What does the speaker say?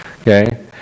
Okay